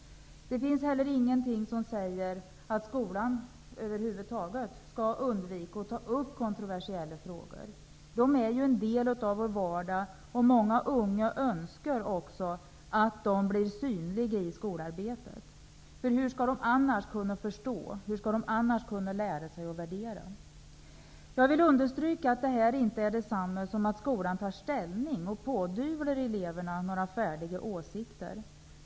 Det finns inte heller något som säger att skolan över huvud taget skall undvika att ta upp kontroversiella frågor. Dessa är en del av vår vardag och många unga människor önskar också att de blir synliga i skolarbetet. Hur skall de annars kunna förstå och lära sig att värdera? Jag vill understryka att detta inte är detsamma som att skolan tar ställning och pådyvlar eleverna färdiga åsikter.